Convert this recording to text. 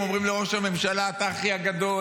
אומרים לראש הממשלה: אתה הכי גדול,